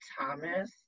Thomas